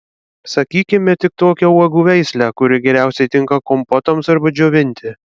sakykime tik tokią uogų veislę kuri geriausiai tinka kompotams arba džiovinti